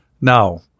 Now